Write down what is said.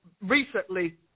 recently